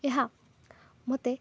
ଏହା ମୋତେ